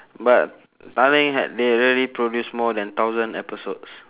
but tanglin ha~ they already produce more than thousand episodes